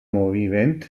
moviment